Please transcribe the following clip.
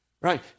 Right